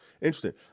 Interesting